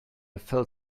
felt